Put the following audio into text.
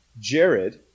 Jared